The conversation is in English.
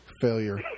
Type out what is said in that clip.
Failure